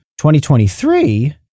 2023